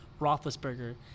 Roethlisberger